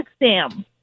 exam